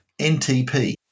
NTP